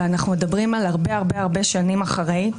ואנחנו מדברים על הרבה הרבה הרבה שנים אחרי.